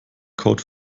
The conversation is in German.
code